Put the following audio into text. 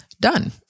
done